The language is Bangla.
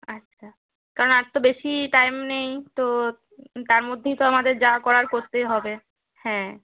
আচ্ছা কারণ আর তো বেশি টাইম নেই তো তার মধ্যেই তো আমাদের যা করার করতে হবে হ্যাঁ